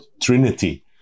trinity